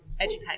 educate